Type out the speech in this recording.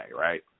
right